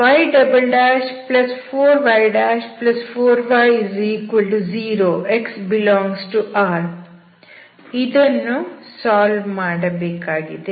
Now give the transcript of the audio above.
y4y4y0 x∈R ಇದನ್ನು solve ಮಾಡಬೇಕಾಗಿದೆ